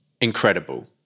incredible